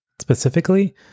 Specifically